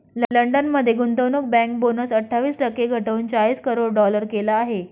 London मध्ये गुंतवणूक bank bonus अठ्ठावीस टक्के घटवून चाळीस करोड डॉलर केला आहे